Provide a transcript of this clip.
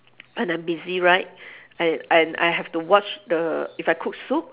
when I'm busy right and I I have to watch the if I cook soup